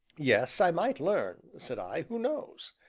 yes, i might learn, said i who knows?